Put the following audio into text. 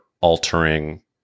altering